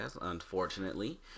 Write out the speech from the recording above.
Unfortunately